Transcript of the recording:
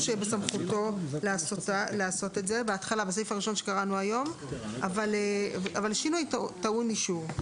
תוקפה של הרשאה אישית יהיה לשנתיים ממועד אישורה,